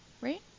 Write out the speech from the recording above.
Right